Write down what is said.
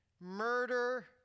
murder